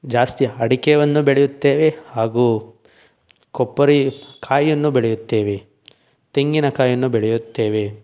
ಜಾಸ್ತಿ ಅಡಿಕೆವನ್ನು ಬೆಳೆಯುತ್ತೇವೆ ಹಾಗೂ ಕೊಬ್ಬರಿ ಕಾಯನ್ನು ಬೆಳೆಯುತ್ತೇವೆ ತೆಂಗಿನಕಾಯನ್ನು ಬೆಳೆಯುತ್ತೇವೆ